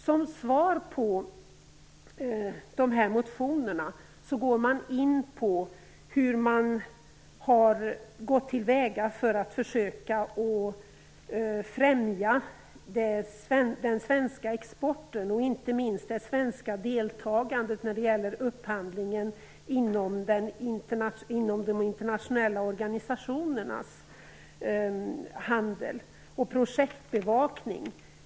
Som svar på motionerna går man in på hur man har försökt främja den svenska exporten och inte minst det svenska deltagandet i upphandlingen inom de internationella organisationernas handel och projekt.